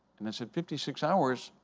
and i said, fifty six hours!